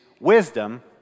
wisdom